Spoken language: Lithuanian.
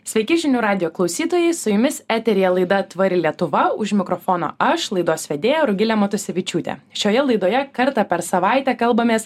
sveiki žinių radijo klausytojai su jumis eteryje laida tvari lietuva už mikrofono aš laidos vedėja rugilė matusevičiūtė šioje laidoje kartą per savaitę kalbamės